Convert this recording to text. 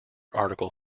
article